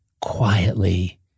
quietly